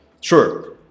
Sure